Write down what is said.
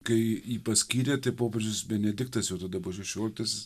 kai jį paskyrė tai popiežius benediktas jau tada buvo šešioliktasis